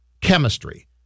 chemistry